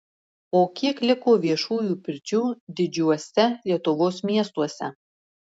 o kiek liko viešųjų pirčių didžiuose lietuvos miestuose